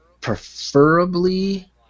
preferably